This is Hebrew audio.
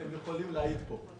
והם יכולים להעיד פה.